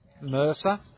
Mercer